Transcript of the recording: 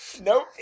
Nope